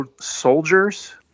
Soldiers